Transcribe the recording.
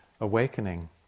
awakening